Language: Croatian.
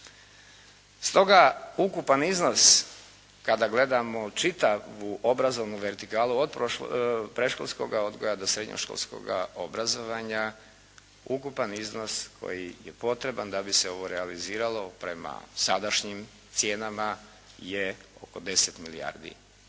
Stoga ukupan iznos kada gledamo čitavu obrazovnu vertikalu od predškolskoga odgoja do srednjoškolskog obrazovanja, ukupan iznos koji je potreban da bi se ovo realiziralo prema sadašnjim cijenama je oko 10 milijardi